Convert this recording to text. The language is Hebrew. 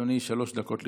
אדוני, שלוש דקות לרשותך.